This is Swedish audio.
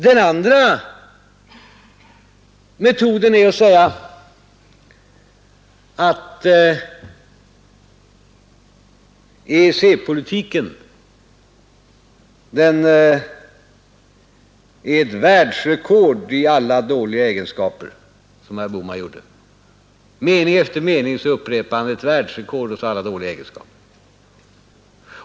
Den andra metoden är att, som herr Bohman gjorde, säga att EEC-politiken är ett världsrekord i alla dåliga egenskaper. I mening efter mening upprepade han detta: ett världsrekord i alla dåliga egenskaper.